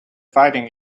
fighting